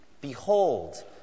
Behold